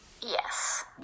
Yes